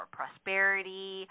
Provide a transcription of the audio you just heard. prosperity